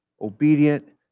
obedient